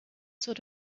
sort